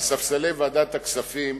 על ספסלי ועדת הכספים,